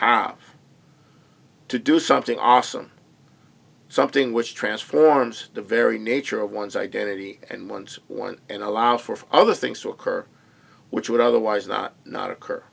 have to do something awesome something which transforms the very nature of one's identity and one's one and allow for other things to occur which would otherwise not not occur